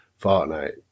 Fortnite